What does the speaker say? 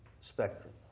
spectrum